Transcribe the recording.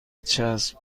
چسب